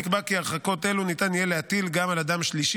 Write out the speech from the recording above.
נקבע כי הרחקות אלו ניתן יהיה להטיל גם על אדם שלישי